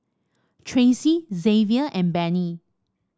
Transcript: Tracey Xzavier and Benny